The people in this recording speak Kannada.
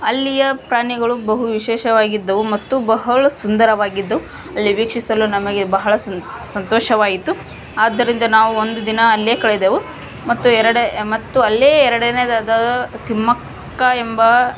ಅಲ್ಲಿಯ ಪ್ರಾಣಿಗಳು ಬಹು ವಿಶೇಷವಾಗಿದ್ದವು ಮತ್ತು ಬಹಳ ಸುಂದರವಾಗಿದ್ದವು ಅಲ್ಲಿ ವೀಕ್ಷಿಸಲು ನಮಗೆ ಬಹಳ ಸಂತೋಷವಾಯಿತು ಆದ್ದರಿಂದ ನಾವು ಒಂದು ದಿನ ಅಲ್ಲೇ ಕಳೆದೆವು ಮತ್ತು ಎರಡು ಮತ್ತು ಅಲ್ಲೇ ಎರಡನೇಯದಾದ ತಿಮ್ಮಕ್ಕ ಎಂಬ